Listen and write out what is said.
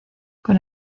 con